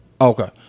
Okay